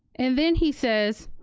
and then he says,